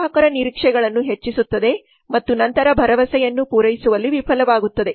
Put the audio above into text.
ಗ್ರಾಹಕರ ನಿರೀಕ್ಷೆಗಳನ್ನು ಹೆಚ್ಚಿಸುತ್ತದೆ ಮತ್ತು ನಂತರ ಭರವಸೆಯನ್ನು ಪೂರೈಸುವಲ್ಲಿ ವಿಫಲವಾಗುತ್ತದೆ